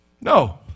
No